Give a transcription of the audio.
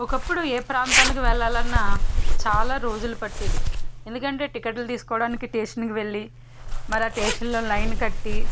ఒకప్పుడు ఏ ప్రాంతానికి వెళ్ళాలన్న చాలా రోజులు పట్టేది ఎందుకంటే టికెట్లు తీసుకోడానికి స్టేషన్కి వెళ్ళి మరి ఆ స్టేషన్లో లైన్ కట్టి